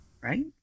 Right